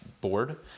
board